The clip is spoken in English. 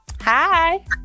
hi